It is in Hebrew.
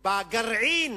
הגרעין